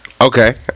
Okay